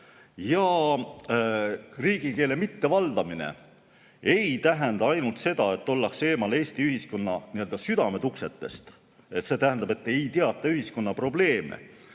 Ja riigikeele mittevaldamine ei tähenda ainult seda, et ollakse eemal Eesti ühiskonna nii-öelda südametuksetest ehk siis ei teata ühiskonna probleeme,